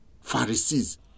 Pharisees